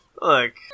Look